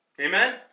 Amen